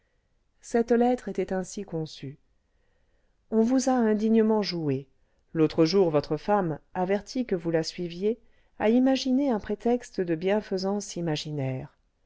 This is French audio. cette lettre était ainsi conçue on vous a indignement joué l'autre jour votre femme avertie que vous la suiviez a imaginé un prétexte de bienfaisance imaginaire